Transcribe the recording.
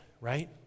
right